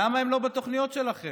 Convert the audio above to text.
למה הם לא בתוכניות שלכם?